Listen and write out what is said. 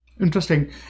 Interesting